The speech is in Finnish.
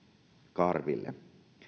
karville